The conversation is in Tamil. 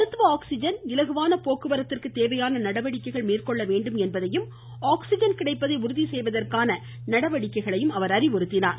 மருத்துவ ஆக்ஸிஜன் இலகுவான போக்குவரத்திற்கு தேவையான நடவடிக்கைகள் மேற்கொள்ள வேண்டும் என்பதையும் ஆக்ஸிஜன் கிடைப்பதை உறுதி செய்வதற்கான நடவடிக்கைகளையும் அவர் அறிவுறுத்தினார்